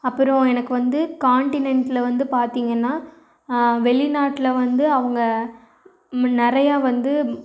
அப்றம் எனக்கு வந்து கான்ட்டினென்ட்டில் வந்து பார்த்திங்கன்னா வெளிநாட்டில் வந்து அவங்க நிறையா வந்து